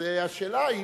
אז השאלה היא,